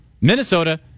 Minnesota